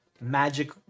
magic